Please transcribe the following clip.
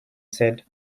said